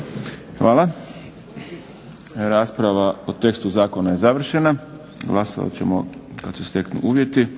Hvala. Rasprava o tekstu zakona je završena. Glasovat ćemo kad se steknu uvjeti.